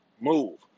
move